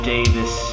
Davis